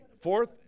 Fourth